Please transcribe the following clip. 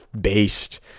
based